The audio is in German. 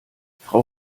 frau